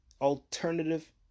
alternative